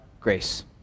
grace